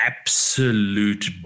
absolute